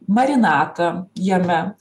marinatą jame